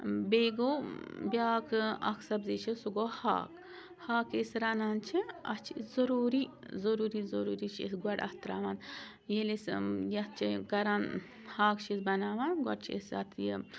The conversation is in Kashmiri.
بیٚیہِ گوٚو بیاکھ اَکھ سبزی چھِ سُہ گوٚو ہاکھ ہاکھ أسۍ رَنان چھِ اَتھ چھِ ضروٗری ضروٗری ضروٗری چھِ أسۍ گۄڈٕ اَتھ تراوان ییٚلہِ أسۍ یَتھ چھِ کَران ہاکھ چھِ أسۍ بَناوان گۄڈٕ چھِ أسۍ اَتھ یہِ